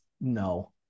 no